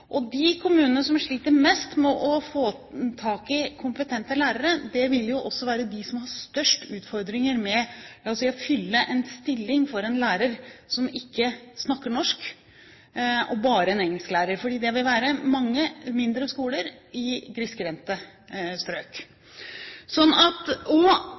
De kommunene som sliter mest med å få tak i kompetente lærere, vil også være de som har størst utfordringer med å fylle en stilling for en lærer som ikke snakker norsk og bare er engelsklærer. Det vil gjelde mange mindre skoler i grisgrendte strøk. At